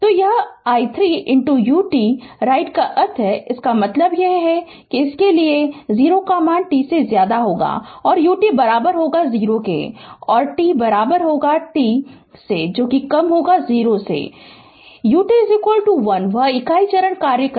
तो यह i 3 ut right का अर्थ है इसका मतलब है कि इसक़े लिय t 0 होगा ut 0 और t t 0 कि ut 1 वह इकाई चरण कार्य करता है